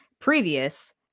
previous